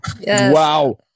Wow